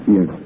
Yes